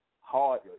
hard